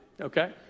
Okay